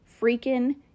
freaking